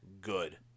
good